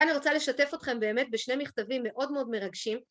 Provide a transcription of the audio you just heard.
אני רוצה לשתף אתכם באמת בשני מכתבים מאוד מאוד מרגשים.